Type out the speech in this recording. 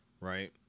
right